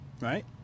Right